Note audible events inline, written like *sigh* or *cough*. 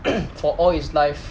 *coughs* for all his life